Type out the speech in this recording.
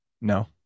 No